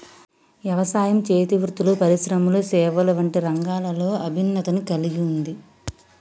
యవసాయం, చేతి వృత్తులు పరిశ్రమలు సేవలు వంటి రంగాలలో ఇభిన్నతను కల్గి ఉంది